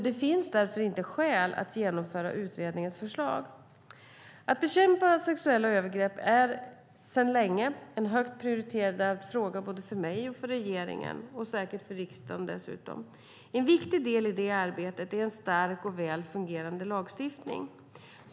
Det finns därför inte skäl att genomföra utredningens förslag. Att bekämpa sexuella övergrepp är sedan länge en högt prioriterad fråga både för mig och för regeringen och dessutom säkert även för riksdagen. En viktig del i det arbetet är en stark och väl fungerande lagstiftning.